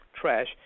trash